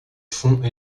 fonds